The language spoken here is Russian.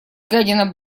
гадина